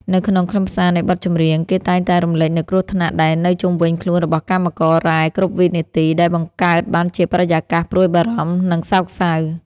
នៅក្នុងខ្លឹមសារនៃបទចម្រៀង គេតែងតែរំលេចនូវគ្រោះថ្នាក់ដែលនៅជុំវិញខ្លួនរបស់កម្មកររ៉ែគ្រប់វិនាទី ដែលបង្កើតបានជាបរិយាកាសព្រួយបារម្ភ និងសោកសៅ។